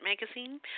magazine